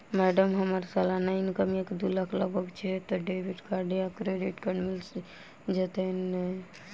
Madam हम्मर सलाना income एक दु लाख लगभग छैय तऽ डेबिट कार्ड आ क्रेडिट कार्ड मिल जतैई नै?